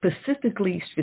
specifically